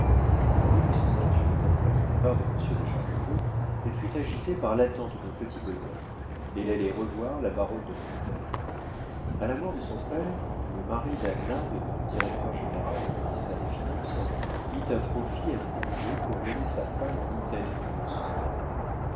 en après le départ de monsieur de chargebœuf elle fut agitée par l'attente d'un petit bonheur elle allait revoir la baronne de fontaine a la mort de son père le mari d'anna devenu directeur-général au ministère des finances mit à profit un congé pour mener sa femme en italie pendant son deuil